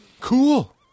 Cool